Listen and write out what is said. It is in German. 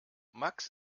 max